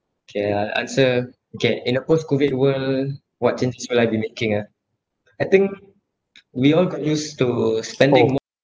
K I'll answer okay in a post COVID what changes will I be making ah I think we all got used to spending more